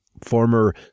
former